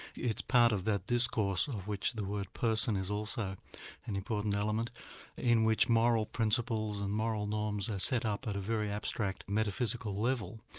it's part of that discourse of which the word person is also an important element in which moral principles and moral norms are set up at a very abstract metaphysical level.